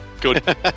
Good